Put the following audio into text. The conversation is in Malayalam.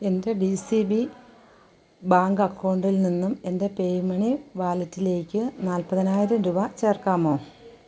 എൻ്റെ ഡി സി ബി ബാങ്ക് അക്കൗണ്ടിൽ നിന്നും എൻ്റെ പേയുമണി വാലറ്റിലേക്ക് നാൽപ്പതിനായിരം രൂപ ചേർക്കാമോ